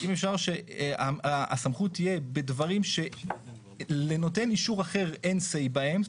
אם אפשר שהסמכות תהיה בדברים שלנותן אישור אחר אין say בהם,